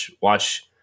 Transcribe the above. watch –